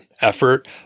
effort